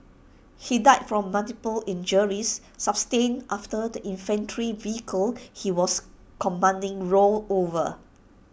he died from multiple injuries sustained after the infantry vehicle he was commanding rolled over